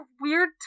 weird